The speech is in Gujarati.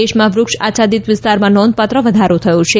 દેશમાં વુક્ષ આચ્છાદિત વિસ્તારમાં નોધપાત્ર વધારો થયો છે